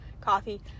coffee